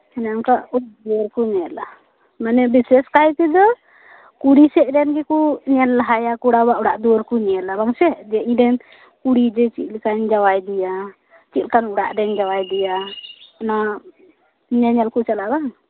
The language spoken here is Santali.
ᱦᱮᱸ ᱚᱱᱠᱟ ᱚᱲᱟᱜ ᱫᱩᱣᱟᱹᱨ ᱠᱚ ᱧᱮᱞᱟ ᱢᱟᱱᱮ ᱵᱤᱥᱮᱥ ᱠᱟᱭ ᱛᱮᱫᱚ ᱠᱩᱲᱤ ᱥᱮᱜ ᱨᱮᱱ ᱜᱮᱠᱚ ᱧᱮᱞ ᱞᱟᱦᱟᱭᱟ ᱠᱚᱲᱟᱣᱟᱜ ᱚᱲᱟᱜ ᱫᱩᱣᱟᱹᱨ ᱠᱚ ᱧᱮᱞᱟ ᱵᱟᱝᱥᱮ ᱡᱮ ᱤᱧ ᱨᱮᱱ ᱠᱩᱲᱤ ᱡᱮ ᱪᱮᱫ ᱞᱮᱠᱟᱱ ᱡᱟᱸᱣᱟᱭᱮᱫᱤᱭᱟ ᱪᱮᱫ ᱞᱮᱠᱟᱱ ᱚᱲᱟᱜ ᱨᱮᱧ ᱡᱟᱸᱣᱟᱭᱫᱤᱭᱟ ᱚᱱᱟ ᱧᱮᱧᱮᱞ ᱠᱚ ᱪᱟᱞᱟᱜᱼᱟ ᱵᱟᱝ